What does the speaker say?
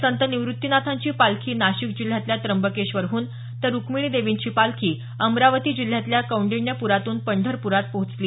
संत निवृत्तीनाथांची पालखी नाशिक जिल्ह्यातल्या त्र्यंबकेश्वरहून तर रुक्मिणी देवींची पालखी अमरावती जिल्ह्यातल्या कौंडिण्यपुरातून पंढरपुरात पोहोचली